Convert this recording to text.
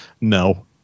no